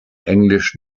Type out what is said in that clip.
englisch